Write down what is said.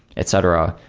etc?